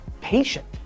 patient